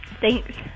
Thanks